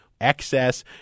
excess